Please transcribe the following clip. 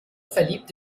verliebt